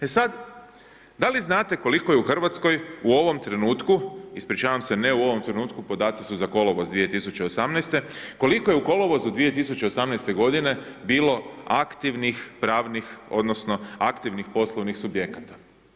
E sad, da li znate koliko je u RH u ovom trenutku, ispričavam se, ne u ovom trenutku, podaci su za kolovoz 2018.-te, koliko je u kolovozu 2018.-te godine bilo aktivnih pravnih odnosno aktivnih poslovnih subjekata?